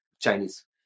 Chinese